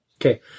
Okay